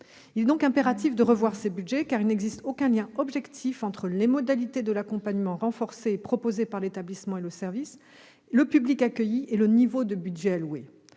Il est donc impératif de revoir ces budgets, car il n'existe aucun lien objectif entre les modalités de l'accompagnement proposé par l'établissement ou le service, le public accueilli et le niveau du budget alloué.